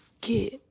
get